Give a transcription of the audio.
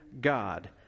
God